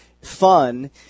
fun